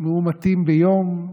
מאומתים ביום.